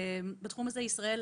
בתחום הזה אנחנו